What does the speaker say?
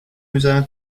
میزارن